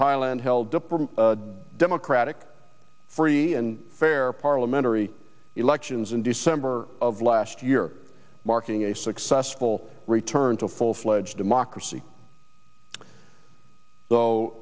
thailand held up a democratic free and fair parliamentary elections in december of last year marking a successful return to full fledged democracy so